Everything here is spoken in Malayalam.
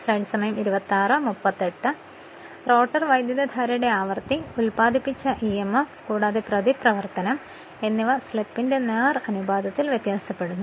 അതിനാൽ റോട്ടർ വൈദ്യുതധാരയുടെ ആവൃത്തി ഉത്പാദിപ്പിച്ച ഇ എം എഫ് കൂടാതെ പ്രതിപ്രവർത്തനം എന്നിവ സ്ലിപ്പിന്റെ നേർ അനുപാതത്തിൽ വ്യത്യാസപ്പെടുന്നു